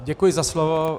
Děkuji za slovo.